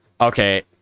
okay